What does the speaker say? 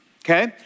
okay